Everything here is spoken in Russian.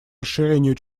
расширению